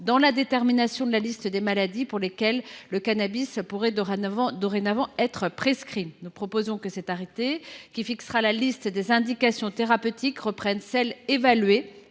dans la détermination de la liste des maladies pour lesquelles le cannabis pourrait dorénavant être prescrit. Il tend à prévoir que l’arrêté qui fixera la liste des indications thérapeutiques se borne à reprendre